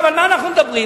על מה אנחנו מדברים?